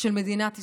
של מדינת ישראל.